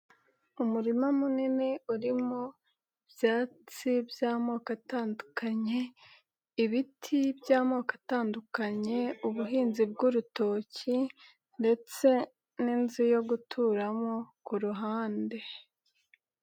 Umurima munini urimo byatsi by'amoko atandukanye, ibiti by'amoko atandukanye ubuhinzi bw'urutoki, ndetse n'inzu yo guturamo ku ruhande.